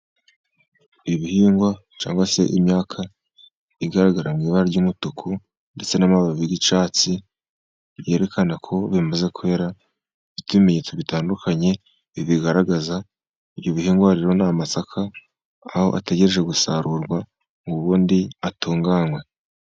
Ibihingwa cyangwa se imyaka igaragara mu ibara ry'umutuku ndetse n'amababi y'icyatsi, byerekana ko bimaze kwera, bifite ibimenyetso bitandukanye, bibigaragaza, ibyo bihingwa rero ni amasaka, aho ategereje gusarurwa ngo ubundi atunganywe.